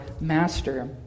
master